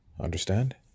Understand